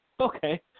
Okay